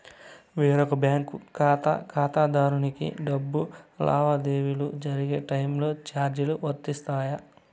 వేరొక బ్యాంకు ఖాతా ఖాతాదారునికి డబ్బు లావాదేవీలు జరిగే టైములో చార్జీలు వర్తిస్తాయా?